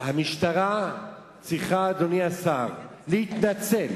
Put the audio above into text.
המשטרה צריכה, אדוני השר, להתנצל